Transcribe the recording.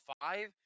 five